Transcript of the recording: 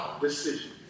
Decision